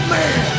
man